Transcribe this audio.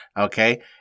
okay